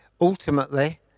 ultimately